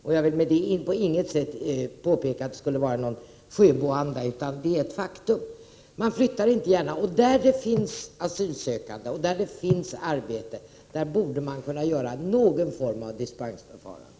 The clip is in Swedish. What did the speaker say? IR Jag vill med detta på inget sätt antyda att det skulle vara någon Sjöboanda, vissa invandrare och asylsökande utan det är ett faktum. Man flyttar inte gärna. Där det finns både asylsökande och arbeten borde man kunna använda någon form av dispensförfarande.